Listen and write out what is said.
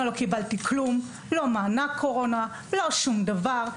לא מענק ולא שום דבר.